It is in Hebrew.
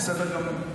בסדר גמור.